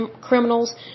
criminals